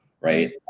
right